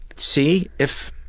see if